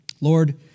Lord